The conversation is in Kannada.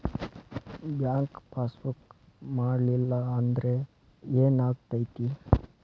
ಬ್ಯಾಂಕ್ ಪಾಸ್ ಬುಕ್ ಮಾಡಲಿಲ್ಲ ಅಂದ್ರೆ ಏನ್ ಆಗ್ತೈತಿ?